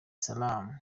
salaam